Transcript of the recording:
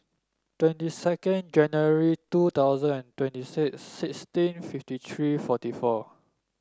twenty two January twenty twenty six sixteen fifty three forty four